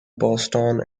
boston